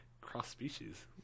cross-species